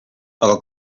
aga